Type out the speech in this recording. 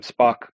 Spock